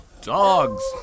Dogs